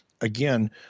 Again